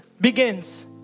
begins